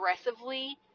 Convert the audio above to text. aggressively